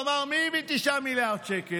הוא אמר: מי הביא 9 מיליארד שקל?